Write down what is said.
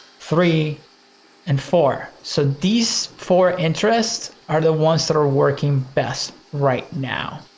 three and four. so these four interests are the ones that are working best right now,